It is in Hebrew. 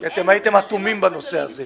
אני רוצה להגיד משהו.